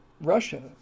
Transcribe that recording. Russia